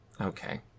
okay